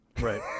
Right